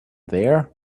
there